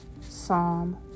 Psalm